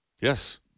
yes